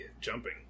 jumping